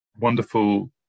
wonderful